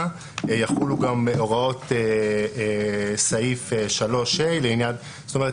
יחולו גם הוראות סעיף 3ה לעניין זאת אומרת